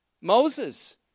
Moses